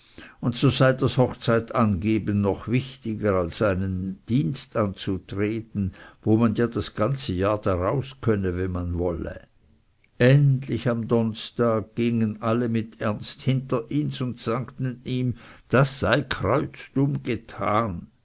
und sei das hochzeitangeben noch wichtiger als einen dienst anzutreten wo man ja das ganze jahr daraus könne wann man wolle endlich am donnstag gingen alle mit ernst hinter ihns und sagten ihm das sei kreuzdumm getan